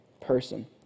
person—